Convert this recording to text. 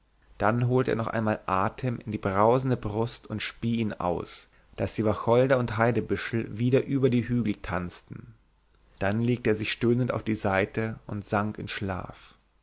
dann holte er noch einmal atem in die brausende brust und spie ihn aus daß die wacholder und heidebüschel wieder über die hügel tanzten dann legte er sich stöhnend auf die seite und sank in schlaf